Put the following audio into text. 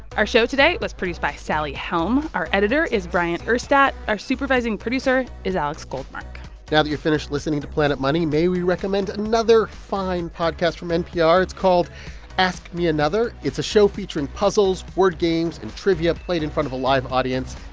our show today was produced by sally helm. our editor is bryant urstadt. our supervising producer is alex goldmark now that you're finished listening to planet money, may we recommend another fine podcast from npr? it's called ask me another. it's a show featuring puzzles, word games and trivia played in front of a live audience.